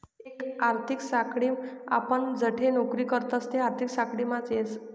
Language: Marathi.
एक आर्थिक साखळीम आपण जठे नौकरी करतस ते आर्थिक साखळीमाच येस